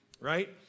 right